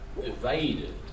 evaded